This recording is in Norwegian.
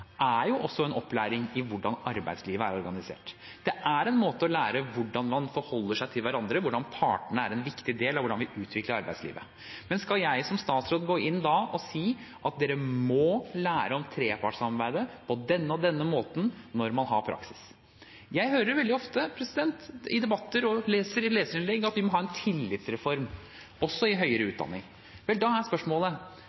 også er en opplæring i hvordan arbeidslivet er organisert. Det er en måte å lære hvordan man forholder seg til hverandre på, og hvordan partene er en viktig del av hvordan vi utvikler arbeidslivet. Men skal jeg som statsråd da gå inn og si at de må lære om trepartssamarbeidet på denne og denne måten når de har praksis? Jeg hører ofte i debatter og leser i leserinnlegg at vi må ha en tillitsreform også i høyere